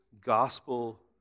gospel